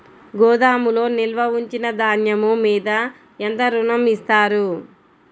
గోదాములో నిల్వ ఉంచిన ధాన్యము మీద ఎంత ఋణం ఇస్తారు?